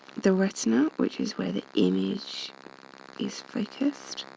the retina which is where the image is focused.